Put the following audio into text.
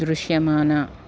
దృశ్యమాన